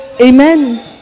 Amen